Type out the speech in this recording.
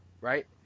Right